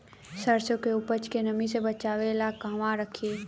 सरसों के उपज के नमी से बचावे ला कहवा रखी?